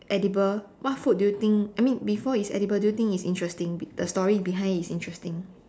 edible what food do you think I mean before it's edible do you think it's interesting be the story behind is interesting